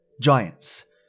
giants